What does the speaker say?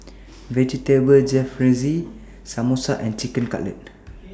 Vegetable Jalfrezi Samosa and Chicken Cutlet